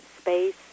space